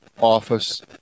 office